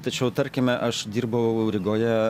tačiau tarkime aš dirbau rygoje